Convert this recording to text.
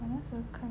很少看到